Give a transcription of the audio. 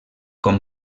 com